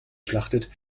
schlachtet